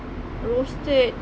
roasted